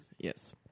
Yes